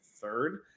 third